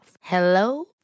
Hello